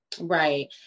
Right